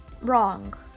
Wrong